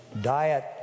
diet